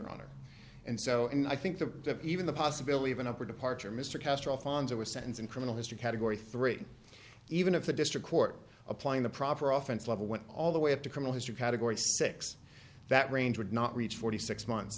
honor and so and i think the even the possibility of an up or departure mr castro fonzo a sentence in criminal history category three even if the district court applying the proper office level went all the way up to criminal history category six that range would not reach forty six months